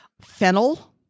fennel